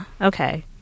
okay